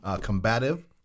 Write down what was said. combative